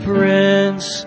Prince